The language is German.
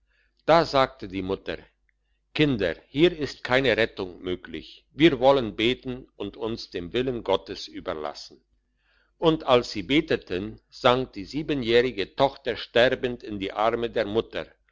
da sagte die mutter kinder hier ist keine rettung möglich wir wollen beten und uns dem willen gottes überlassen und als sie beteten sank die siebenjährige tochter sterbend in die arme der mutter